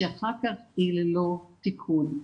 שאחר כך היא ללא תיקון.